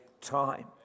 time